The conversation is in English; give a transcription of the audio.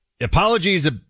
Apologies